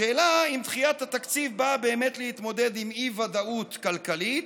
השאלה אם דחיית התקציב באה באמת להתמודד עם אי-ודאות כלכלית,